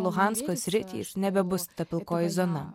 luhansko sritys nebebus ta pilkoji zona